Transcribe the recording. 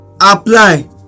Apply